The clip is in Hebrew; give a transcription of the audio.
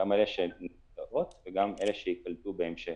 גם אלה שנמסרות וגם אלה שייקלטו בהמשך.